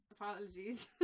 apologies